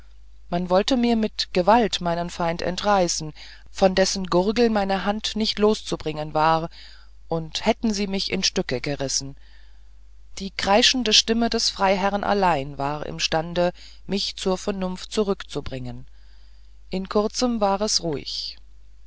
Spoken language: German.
man wollte mir mit gewalt meinen feind entreißen von dessen gurgel meine hand nicht loszubringen war und hätten sie mich in stücke zerrissen die kreischende stimme des freiherrn allein war imstande mich zur vernunft zurückzubringen in kurzem ward es ruhig